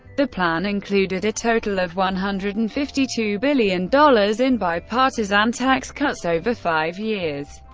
the plan included a total of one hundred and fifty two billion dollars in bipartisan tax cuts over five years.